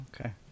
Okay